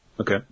Okay